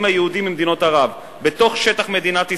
היהודים ממדינות ערב בתוך שטח מדינת ישראל,